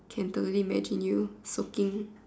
can totally imagine you soaking